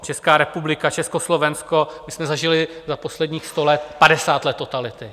Česká republika, Československo, my jsme zažili za posledních sto let padesát let totality.